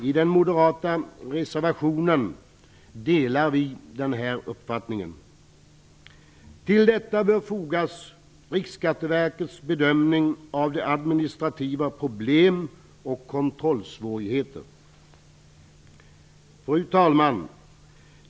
I den moderata reservationen ansluter vi oss till denna uppfattning. Till detta bör fogas Riksskatteverkets bedömning av de administrativa problemen och kontrollsvårigheterna. Fru talman!